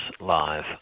live